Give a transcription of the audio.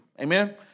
Amen